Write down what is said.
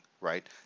right